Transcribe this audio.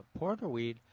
porterweed